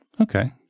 Okay